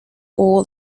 all